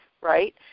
Right